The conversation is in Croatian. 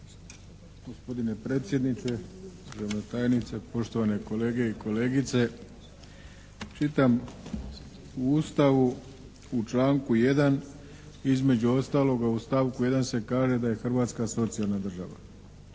Gospodine predsjedniče. Državna tajnice. Poštovane kolege i kolegice. Čitam u Ustavu u članku 1. između ostaloga u stavku 1. se kaže da je Hrvatska socijalna država.